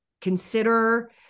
consider